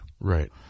Right